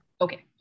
Okay